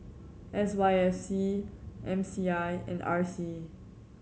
S Y F C M C I and R C